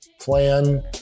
plan